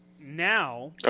now